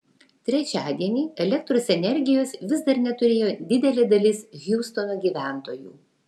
trečiadienį elektros energijos vis dar neturėjo didelė dalis hiūstono gyventojų